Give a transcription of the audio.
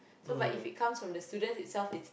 so but if it comes from the students itself it's